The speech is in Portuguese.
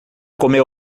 comeu